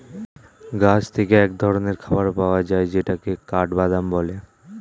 গাছ থেকে এক ধরনের খাবার পাওয়া যায় যেটাকে কাঠবাদাম বলে